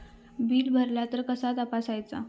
Bill भरला तर कसा तपसायचा?